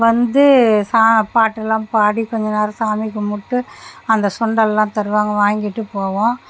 வந்து சா பாட்டெல்லாம் பாடி கொஞ்சம் நேரம் சாமி கும்பிட்டு அந்த சுண்டலெல்லாம் தருவாங்க வாங்கிட்டு போவோம்